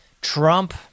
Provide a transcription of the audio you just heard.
Trump